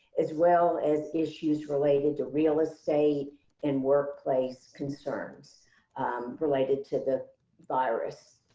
as well as issues related to real estate and workplace concerns related to the virus.